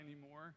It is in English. anymore